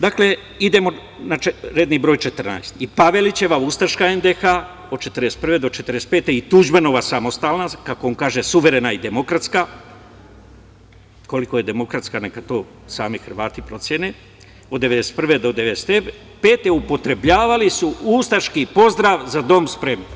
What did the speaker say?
Dakle, idemo na redni broj četrnaest i Pavelićeva ustaška NDH od 1941. do 1945. i Tuđmanova samostalna, kako on kaže, suverena i demokratska, koliko je demokratska neka to sami Hrvati procene, od 1991. do 1995. godine, upotrebljavali su ustaški pozdrav za dom spremni.